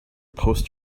post